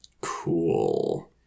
Cool